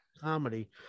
comedy